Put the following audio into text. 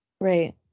Right